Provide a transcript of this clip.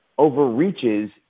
overreaches